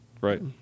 Right